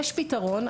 יש פתרון,